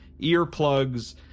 earplugs